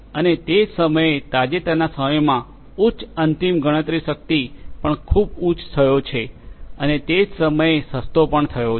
અને તે જ સમયે તાજેતરના સમયમાં ઉચ્ચ અંતિમ ગણતરી શક્તિ પણ ખૂબ ઉચ્ચ થયો છે અને તે જ સમયે સસ્તો પણ થયો છે